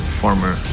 former